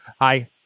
Hi